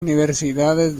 universidades